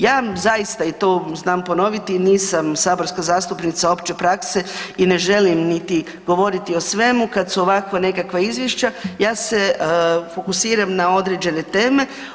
Ja vam zaista i to znam ponoviti nisam saborska zastupnica opće prakse i ne želim niti govoriti o svemu kada su ovakva nekakva izvješća, ja se fokusiram na određene teme.